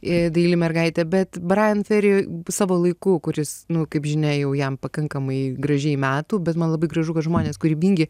i daili mergaitė bet bryan ferry savo laiku kuris nu kaip žinia jau jam pakankamai gražiai metų bet man labai gražu kad žmonės kūrybingi